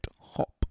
hop